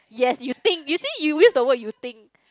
yes you think you think you use the word you think